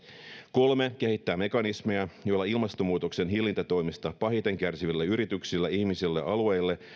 kolme kehittää mekanismeja joilla ilmastonmuutoksen hillintätoimista pahiten kärsiville yrityksille ihmisille ja alueille